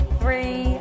three